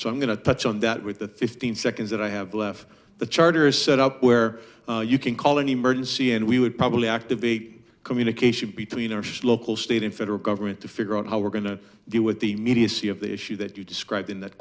so i'm going to touch on that with the fifteen seconds that i have left the charter is set up where you can call an emergency and we would probably activate communication between our first local state and federal government to figure out how we're going to deal with the media see of the issue that you described in that